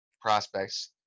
prospects